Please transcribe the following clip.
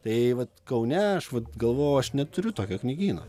tai vat kaune aš vat galvojau aš neturiu tokio knygyno